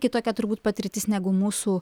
kitokia turbūt patirtis negu mūsų